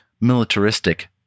militaristic